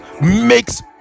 makes